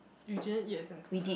you just now eat at Sentosa